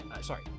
sorry